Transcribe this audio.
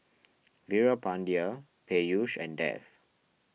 Veerapandiya Peyush and Dev